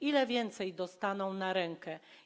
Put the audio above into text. Ile więcej dostaną na rękę?